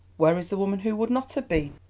where is the woman who would not have been?